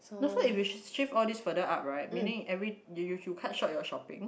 no so if you shift all this further up right meaning every you you cut short your shopping